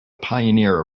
pioneer